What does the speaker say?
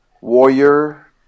warrior